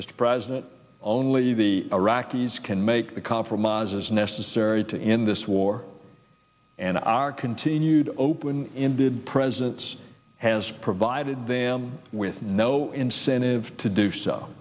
mr president only the iraqis can make the compromises necessary to end this war and our continued open ended presence has provided them with no incentive to do so